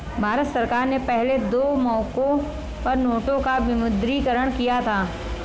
भारत सरकार ने पहले दो मौकों पर नोटों का विमुद्रीकरण किया था